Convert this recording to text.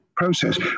Process